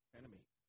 Enemy